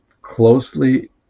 closely